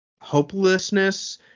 hopelessness